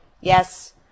yes